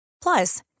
Plus